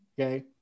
Okay